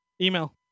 Email